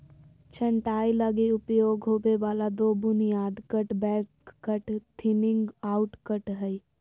छंटाई लगी उपयोग होबे वाला दो बुनियादी cut back cut, thinning out cut हइ